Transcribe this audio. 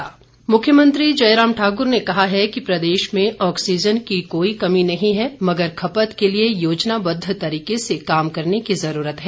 मुख्यमंत्री मुख्यमंत्री जयराम ठाक्र ने कहा है कि प्रदेश में ऑक्सीज़न की कोई कमी नहीं है मगर खपत के लिए योजनाबद्व तरीके से काम करने की ज़रूरत है